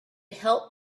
helped